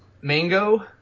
mango